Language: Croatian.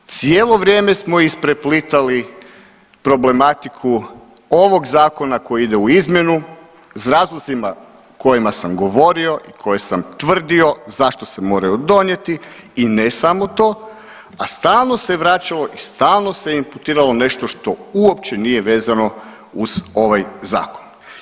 Cijelo vrijeme smo ispreplitali problematiku ovog zakona koji ide u izmjenu s razlozima kojima govorio i koje sam tvrdio zašto se moraju donijeti i ne samo to, a stalno se vraćalo i stalno se imputiralo nešto što uopće nije vezano uz ovaj zakon.